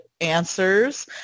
answers